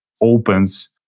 opens